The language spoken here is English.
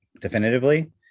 definitively